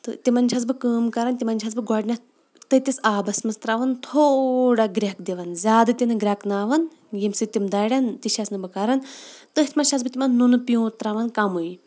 تہٕ تِمَن چھٮ۪س بہٕ کٲم کَران تِمَن چھٮ۪س بہٕ گۄڈٕنٮ۪تھ تٔتِس آبَس منٛز ترٛاوان تھوڑا گرٛٮ۪کھ دِوان زیادٕ تہِ نہٕ گرٛٮ۪کہٕ ناوان ییٚمہِ سۭتۍ تِم دَران تہِ چھٮ۪س نہٕ بہٕ کَران تٔتھۍ منٛز چھٮ۪س بہٕ تِمَن نُنہٕ پیوٗنٛت ترٛاوان کَمٕے